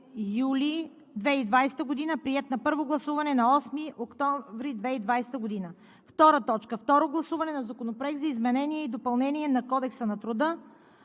юли 2020 г. Приет на първо гласуване на 8 октомври 2020 г. 2. Второ гласуване на Законопроекта за изменение и допълнение на Кодекса на труда.